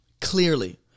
clearly